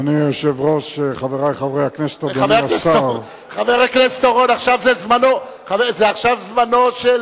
חבר הכנסת אורון, עכשיו זה זמנו של